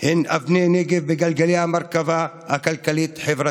הם אבני נגף בגלגלי המרכבה הכלכלית-חברתית.